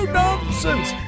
nonsense